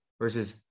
versus